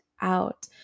out